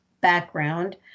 background